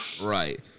right